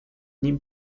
nim